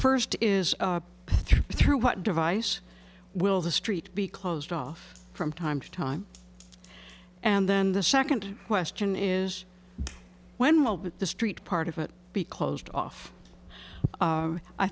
first is through what device will the street be closed off from time to time and then the second question is when will the street part of it be closed off